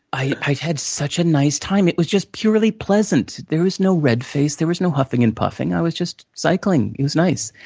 i had such a nice time, it was just purely pleasant. there was no red face, there was no huffing, and i was just cycling, it was nice.